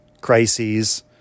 crises